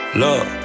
love